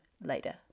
later